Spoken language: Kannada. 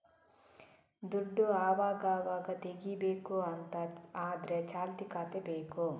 ದುಡ್ಡು ಅವಗಾವಾಗ ತೆಗೀಬೇಕು ಅಂತ ಆದ್ರೆ ಚಾಲ್ತಿ ಖಾತೆ ಬೇಕು